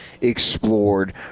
explored